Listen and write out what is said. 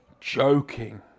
joking